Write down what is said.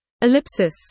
Ellipsis